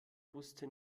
wusste